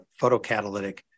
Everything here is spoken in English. photocatalytic